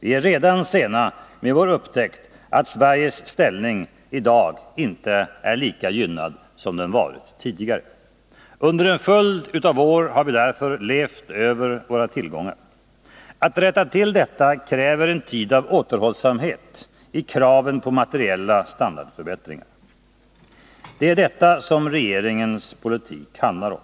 det — med vår upptäckt att Sveriges ställning i dag inte är lika gynnad som den varit tidigare. Under en följd av år har vi levt över våra tillgångar. Att rätta till detta kräver en tid av återhållsamhet i kraven på materiella standardförbättringar. Det är detta regeringens politik handlar om.